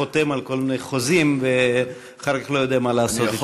חותם על כל מיני חוזים ואחר כך לא יודע מה לעשות אתם.